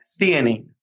theanine